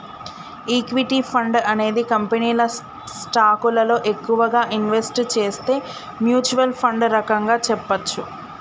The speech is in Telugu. ఈక్విటీ ఫండ్ అనేది కంపెనీల స్టాకులలో ఎక్కువగా ఇన్వెస్ట్ చేసే మ్యూచ్వల్ ఫండ్ రకంగా చెప్పచ్చు